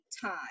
time